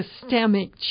systemic